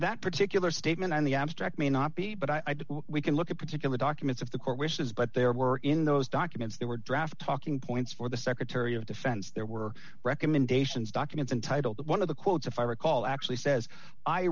that particular statement in the abstract may not be but i do we can look at particular documents if the court wishes but there were in those documents there were draft talking points for the secretary of defense there were recommendations documents and title that one of the quotes if i recall actually says i